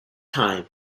time